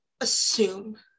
assume